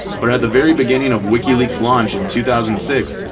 but at the very beginning of wikileaks launch in two thousand six,